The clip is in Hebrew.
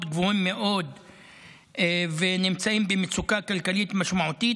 גבוהים מאוד ונמצאים במצוקה כלכלית משמעותית,